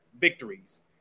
victories